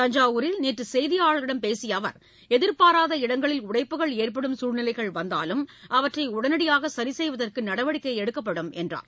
தஞ்சாவூரில் நேற்று செய்தியாளர்களிடம் பேசிய அவர் எதிபாராத இடங்களில் உடைப்புகள் ஏற்படும் சூழ்நிலைகள் வந்தாலும் அவற்றை உடனடியாக சரி செய்வதற்கு நடவடிக்கை எடுக்கப்படும் என்றார்